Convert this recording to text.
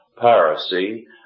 piracy